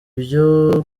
byo